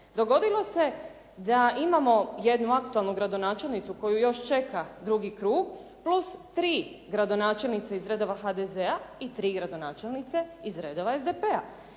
dogodilo se da imamo jednu aktualnu gradonačelnicu koju još čeka drugi krug plus 3 gradonačelnice iz redova HDZ-a i tri gradonačelnice iz redova SDP-a.